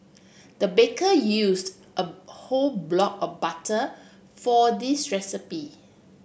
the baker used a whole block of butter for this recipe